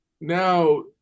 now